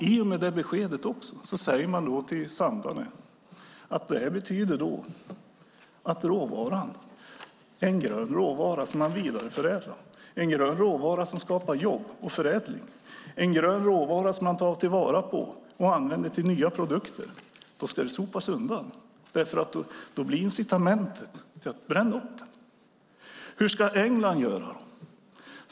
I och med det beskedet säger man till Sandarne att råvaran - en grön råvara som man vidareförädlar, en grön råvara som skapar jobb och förädling, en grön råvara som man tar till vara och använder till nya produkter - ska sopas undan, för då blir incitamentet: Bränn upp den! Hur ska England göra?